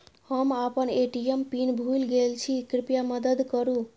हम आपन ATM PIN भूल गईल छी, कृपया मदद करू